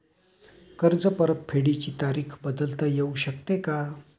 कर्ज परतफेडीची तारीख बदलता येऊ शकते का?